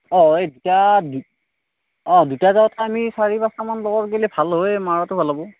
অ এই দুটা অ দুটা যোৱাতকৈ আমি চাৰি পাঁচটামান লগৰ গ'লে ভাল হয় মৰাটো ভাল হ'ব